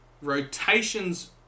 rotations